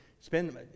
spend